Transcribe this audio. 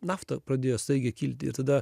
nafta pradėjo staigiai kilti ir tada